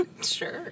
Sure